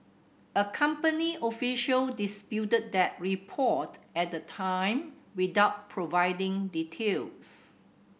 a company official disputed that report at the time without providing details